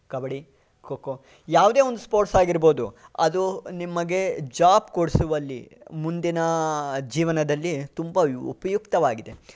ಕಬಡ್ಡಿ ಖೋಖೋ ಯಾವುದೇ ಒಂದು ಸ್ಪೋರ್ಟ್ಸ್ ಆಗಿರಬಹುದು ಅದು ನಿಮಗೆ ಜ್ವಾಬ್ ಕೊಡಿಸುವಲ್ಲಿ ಮುಂದಿನ ಜೀವನದಲ್ಲಿ ತುಂಬ ಉಪಯುಕ್ತವಾಗಿದೆ